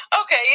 Okay